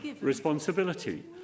responsibility